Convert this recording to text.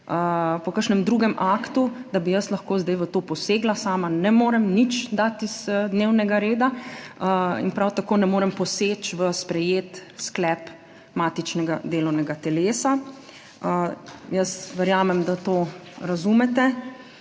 po kakšnem drugem aktu, da bi jaz lahko zdaj v to posegla. Sama ne morem nič dati z dnevnega reda. In prav tako ne morem poseči v sprejet sklep matičnega delovnega telesa. Jaz verjamem, da to razumete,